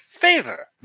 favor